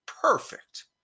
Perfect